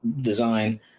design